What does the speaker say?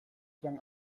lang